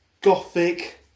gothic